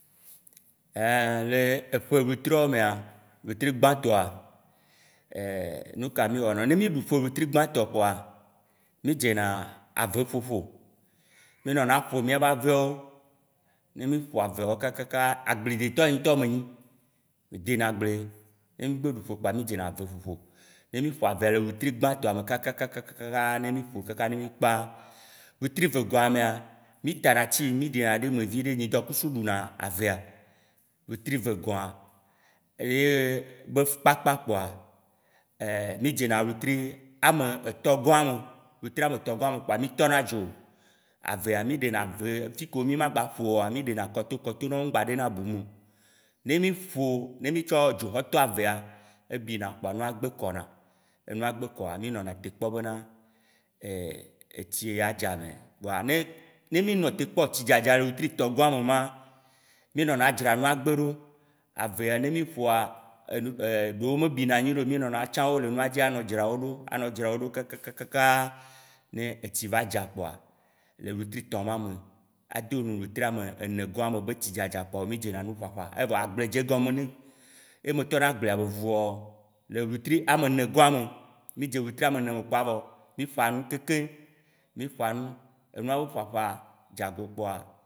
le eƒe wetriawo mea, wetri gbãtɔa nuka mì wɔnao? Ne mì ɖu ƒe wetri gbãtɔ vɔa, mì dzena ave ƒoƒo, mì nɔna ƒo mìabe aveawo, ne mì ƒo mì ƒo aveawo kakaka, agbledetɔ nye ŋtɔ me nyi, medena agble. Ne mì gbe ɖuƒe kpoa mìdzena aveƒoƒo, ne mì ƒo avea le wetri gbãtɔa me kakakakaka ne mì ƒoe kaka ne mì kpa, wetri vegɔa mea mì tanatsi mì ɖi na ɖe eme ydɔkusu ɖu na avea. Wetri vegɔa eye be kpakpã kpoa mì dzena wetri ametɔgɔa me, wetri ametɔgɔa me kpoa mì tɔna dzo avea, mì ɖena ve, fi kewo mì ma gba ƒo oa míɖena kɔto kɔto nɔwo ɖona bu me o. Ne mì ƒo ne mì tsɔ dzo tsɔ tɔa vea ebina kpoa nua gbe kɔna, ne nua gbe kɔa, mì nɔna te kpɔ be etsi ya dza mɛɛɛ, kpoa ne mí nɔte kpɔ tsi dzadza wetri tɔ̃gɔa me ma, mì nɔna dzra nua gbe ɖo, avea ne mì ƒoa ɖewo me bina nyui ɖe o mì nɔna tsa wo le nua dzi anɔ dzrawo ɖo, anɔ dzrawo ɖo kakakakaka ne etsi va dza kpoa le wetri tɔ̃ ma me ado nu le wetri amene gɔ̃a me be tsidzadza me kpoa mì dzena nu ƒaƒa, evɔ agble dze egɔme nem, ye metɔna agblea be vuwɔwɔ le wetri amene gɔ̃a me. Mì dze wetru amene me kpoa mì ƒa nu kekem, mì ƒanu, enua be ƒaƒã dzago kpoa.